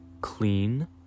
clean